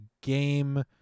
game